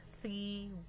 three